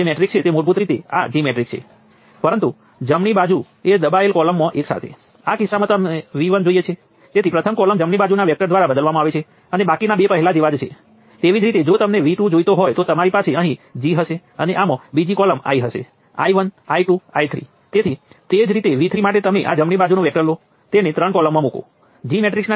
મેં સ્વતંત્ર વોલ્ટેજ સ્ત્રોતના કિસ્સામાં સમીકરણમાં પહેલેથી જ લખ્યું છે આ નિયંત્રિત વોલ્ટેજ સ્ત્રોત તે સ્વતંત્ર વોલ્ટેજ સ્ત્રોત ની જેમ જ જોડયું છે